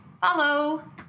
follow